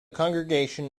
congregation